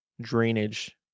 Drainage